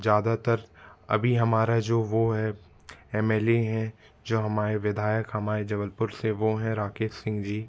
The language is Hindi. ज़्यादातर अभी हमारा जो वो है एम एल ए हैं जो हमारे विधायक हमारे जबलपुर से वो हैं राकेश सिंग जी